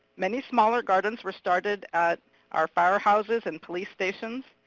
many smaller gardens were started at our fire houses and police stations.